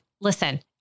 Listen